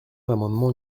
l’amendement